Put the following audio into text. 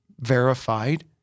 verified